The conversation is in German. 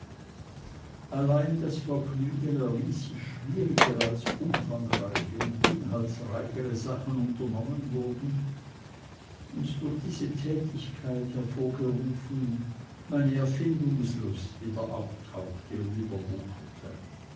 allein das vergnügen erwies sich schwieriger als umfang und inhaltsreichere sachen unternommen wurden und durch diese tätigkeit hervorgerufen meine erfindungslust wieder auftauchte und überwucherte